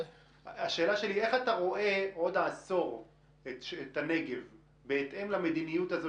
השאלה שלי היא: איך אתה רואה עוד עשור את הנגב בהתאם למדיניות הזאת